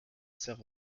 cerf